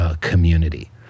community